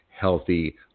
healthy